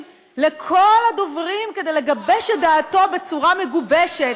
לכל הדוברים כדי לגבש את דעתו בצורה מגובשת,